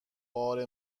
بار